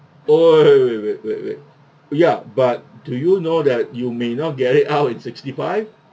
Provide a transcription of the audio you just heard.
!oi! wait wait wait wait ya but do you know that you may not get it out in sixty-five